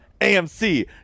AMC